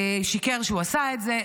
שיקר כשהוא עשה את זה.